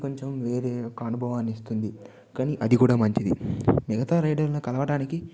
అది కొంచెం వేరే యొక్క అనుభవాన్ని ఇస్తుంది కానీ అది కూడా మంచిది మిగతా రైడర్ ను కలవటానికి